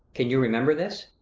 can you remember this?